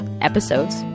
episodes